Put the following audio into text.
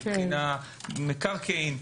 מבחינת מקרקעין.